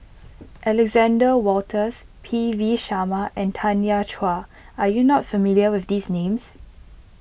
Alexander Wolters P V Sharma and Tanya Chua are you not familiar with these names